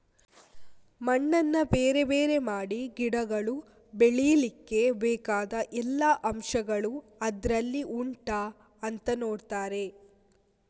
ಮಣ್ಣನ್ನ ಬೇರೆ ಬೇರೆ ಮಾಡಿ ಗಿಡಗಳು ಬೆಳೀಲಿಕ್ಕೆ ಬೇಕಾದ ಎಲ್ಲಾ ಅಂಶಗಳು ಅದ್ರಲ್ಲಿ ಉಂಟಾ ಅಂತ ನೋಡ್ತಾರೆ